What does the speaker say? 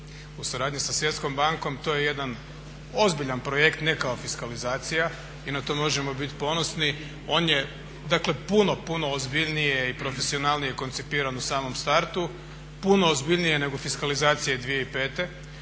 U suradnji sa Svjetskom bankom to je jedan ozbiljan projekt, ne kao fiskalizacija i na to možemo biti ponosni. On je, dakle puno, puno ozbiljnije koncipiran u samom startu, puno ozbiljnije nego fiskalizacija 2005. i za